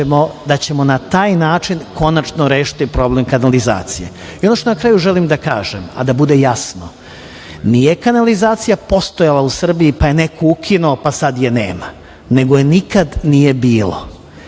da ćemo na taj način konačno rešiti problem kanalizacije. Na kraju želim da kažem, a da bude jasno, nije kanalizacija postojala u Srbiji, pa je neko ukinuo, pa sad je nema, nego je nikada nije bilo